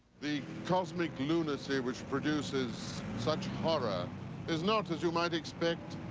the cosmic lunacy which produces such horror is not, as you might expect,